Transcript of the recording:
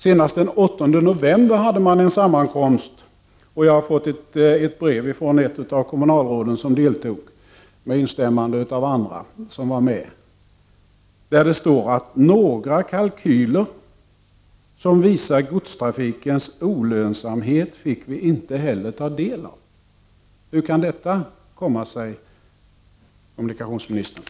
Senast den 8 november hade man en sammankomst, och jag har fått ett brev från ett av kommunalråden som deltog, med instämmande av andra som var med, där det står: Några kalkyler som visar godstrafikens olönsamhet fick vi inte heller ta del av. Hur kan detta komma sig, kommunikationsministern?